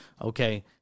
Okay